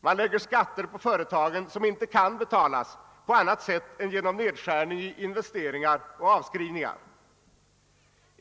Man lägger skatter på företagen som inte kan betalas på annat sätt än genom nedskärning i investeringar och avskrivningar.